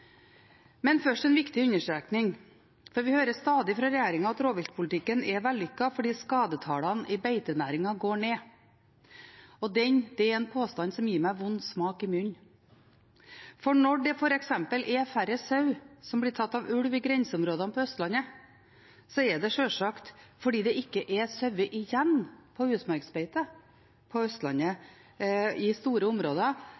men først en viktig understrekning: Vi hører stadig fra regjeringen at rovviltpolitikken er vellykket fordi skadetallene i beitenæringen går ned. Det er en påstand som gir meg vond smak i munnen, for når det f.eks. er færre sau som blir tatt av ulv i grenseområdene på Østlandet, er det sjølsagt fordi det ikke er sauer igjen på utmarksbeite på Østlandet i store områder,